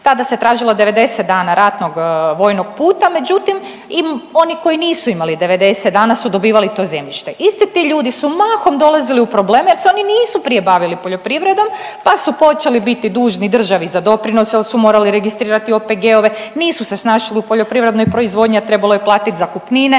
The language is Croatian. Tada se tražilo 90 dana ratnog vojnog puta. Međutim i oni koji nisu imali 90 dana su dobivali to zemljište. Isti ti ljudi su mahom dolazili u probleme jer se oni nisu prije bavili poljoprivredom, pa su počeli biti dužni državi za doprinose jer su morali registrirati OPG-ove. Nisu se snašli u poljoprivrednoj proizvodnji, a trebalo je platiti zakupnine.